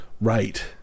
Right